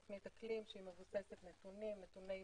תוכנית אקלים שמבוססת על נתוני מיצב